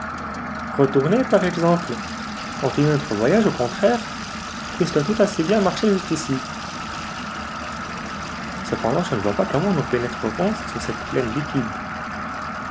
retourner par exemple continuer notre voyage au contraire puisque tout a si bien marché jusqu'ici cependant je ne vois pas comment nous pénétrerons sous cette plaine liquide